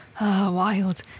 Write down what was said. wild